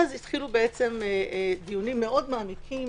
כלומר